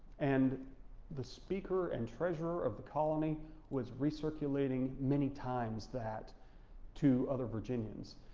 and the speaker and treasurer of the colony was recirculating many times that to other virginians,